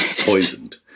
poisoned